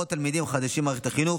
ותלמידים חדשים במערכת החינוך,